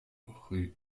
rue